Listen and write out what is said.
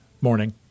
morning